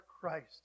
Christ